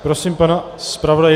Prosím pana zpravodaje.